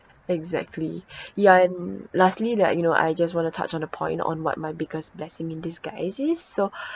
exactly yeah and lastly like you know I just want to touch on a point on what my biggest blessing in disguise is so